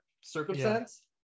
circumstance